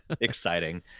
exciting